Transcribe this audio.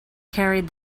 carried